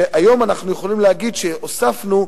והיום אנחנו יכולים להגיד שהוספנו,